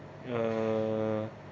uh